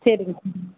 சரிங்க ஆ